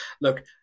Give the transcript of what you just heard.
look